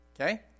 Okay